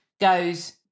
goes